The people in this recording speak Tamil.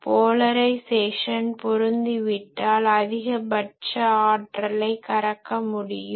போலரைஸேசன் பொருந்திவிட்டால் அதிகபட்ச ஆற்றலை கறக்க முடியும்